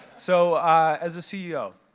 so as a ceo,